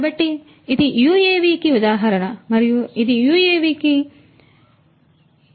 కాబట్టి ఇది UAV కి ఉదాహరణ మరియు ఇది UAV కి ఉదాహరణ